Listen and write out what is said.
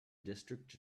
district